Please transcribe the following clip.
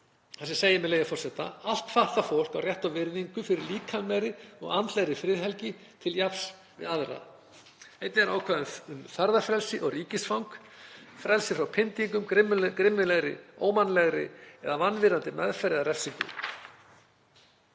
þar sem segir, með leyfi forseta: „Allt fatlað fólk á rétt á virðingu fyrir líkamlegri og andlegri friðhelgi til jafns við aðra.“ Einnig er ákvæði um ferðafrelsi og ríkisfang, frelsi frá pyndingum, grimmilegri, ómannlegri eða vanvirðandi meðferð eða refsingu.